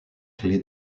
clé